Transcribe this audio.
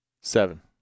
Seven